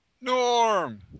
Norm